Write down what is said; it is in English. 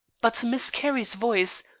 but miss carrie's voice,